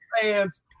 fans